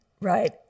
right